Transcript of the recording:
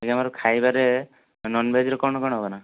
ଆଜ୍ଞା ମୋର ଖାଇବାରେ ଏ ନନଭେଜରେ କ'ଣ କ'ଣ ବନାଅ